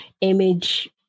image